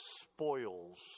spoils